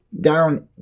down